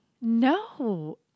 No